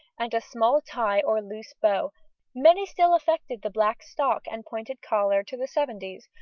and small tie or loose bow many still affected the black stock and pointed collar to the seventies,